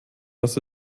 was